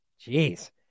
jeez